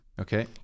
Okay